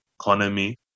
economy